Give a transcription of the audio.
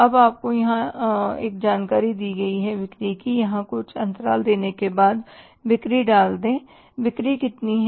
अब आपको यहाँ एक जानकारी दी गई है कि बिक्री यहाँ कुछ अंतराल देने के बाद बिक्री डाल दे बिक्री कितनी है